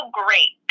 great